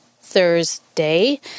Thursday